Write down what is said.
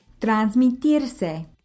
Transmitirse